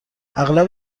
اغلب